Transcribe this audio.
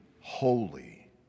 holy